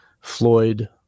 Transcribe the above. Floyd